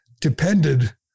depended